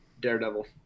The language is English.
Daredevil